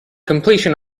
completion